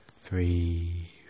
three